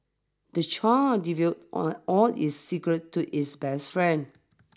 the child divulged all all his secret to his best friend